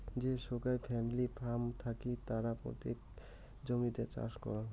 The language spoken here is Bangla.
যে সোগায় ফ্যামিলি ফার্ম থাকি তারা পৈতৃক জমিতে চাষ করাং